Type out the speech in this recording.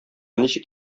ничек